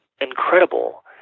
incredible